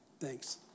Thanks